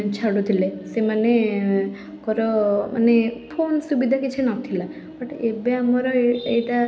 ଛାଡ଼ୁଥିଲେ ସେମାନେ କର ମାନେ ଫୋନ୍ ସୁବିଧା କିଛି ନ ଥିଲା ବଟ୍ ଏବେ ଆମର ଏ ଏଇଟା